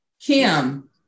Kim